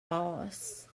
farce